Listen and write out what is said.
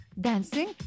Dancing